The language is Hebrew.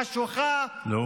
חשוכה,